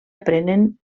aprenen